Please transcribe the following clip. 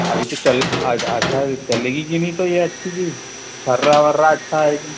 अभी तो चल अच्छा चलेगी की नहीं तो यह अच्छी भी छर्रा वर्रा अच्छा है कि नहीं